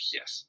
Yes